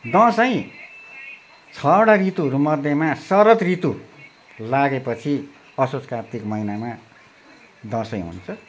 दसैँ छवटा ऋतुहरूमध्येमा शरद ऋतु लागेपछि असोज कात्तिक महिनामा दसैँ हुन्छ